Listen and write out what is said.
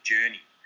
Journey